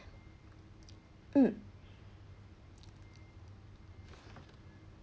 mm